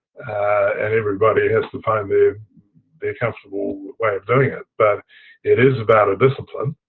and everybody has to find the comfortable way of doing it. but it is about a discipline